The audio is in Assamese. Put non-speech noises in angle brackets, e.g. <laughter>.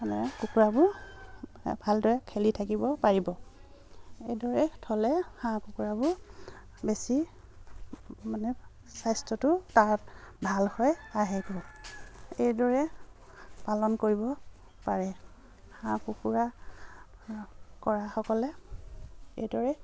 মানে কুকুৰাবোৰ ভালদৰে খেলি থাকিব পাৰিব এইদৰে থ'লে হাঁহ কুকুৰাবোৰ বেছি মানে স্বাস্থ্যটো তাত ভাল হৈ <unintelligible> এইদৰে পালন কৰিব পাৰে হাঁহ কুকুৰা কৰাসকলে এইদৰে